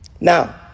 Now